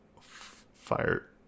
fire